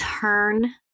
Turn